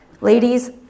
Ladies